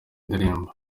ndirimbo